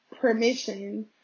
permission